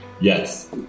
Yes